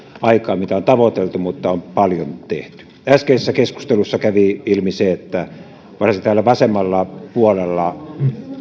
aikaan mitä on tavoiteltu mutta paljon on tehty äskeisessä keskustelussa kävi ilmi se että varsinkin täällä vasemmalla puolella